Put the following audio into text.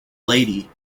lady